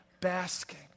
basking